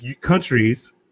countries